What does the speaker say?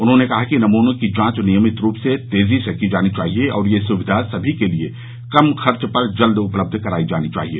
उन्होंने कहा कि नमूनों की जांच नियमित रूप से तेजी से की जानी चाहिए और यह सुविधा सभी के लिए कम खर्च पर जल्द उपलब्ध कराई जानी चाहिए